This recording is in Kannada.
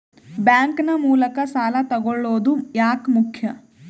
ಬ್ಯಾಂಕ್ ನ ಮೂಲಕ ಸಾಲ ತಗೊಳ್ಳೋದು ಯಾಕ ಮುಖ್ಯ?